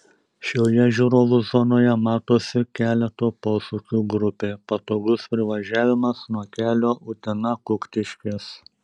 šioje žiūrovų zonoje matosi keleto posūkių grupė patogus privažiavimas nuo kelio utena kuktiškės